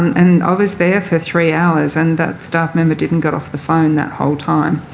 and i was there for three hours and that staff member didn't get off the phone that whole time.